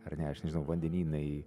ar ne aš nežinau vandenynai